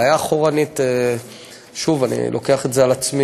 הבעיה אחורה, שוב, אני לוקח את זה על עצמי.